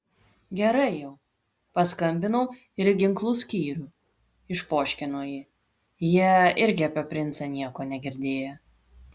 gerai jau paskambinau ir į ginklų skyrių išpoškino ji jie irgi apie princą nieko negirdėję